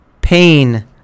pain